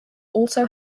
also